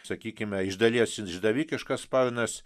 sakykime iš dalies išdavikiškas sparnas